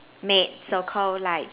maid so called like